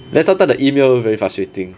then sometimes the email very frustrating